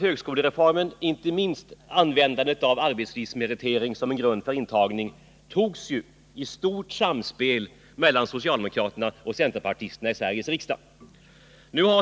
Högskolereformen — inte minst användandet av arbetslivsmeritering som en grund för intagning — antogs ju i stort samspel mellan socialdemokrater och centerpartister i Sveriges riksdag.